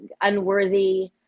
unworthy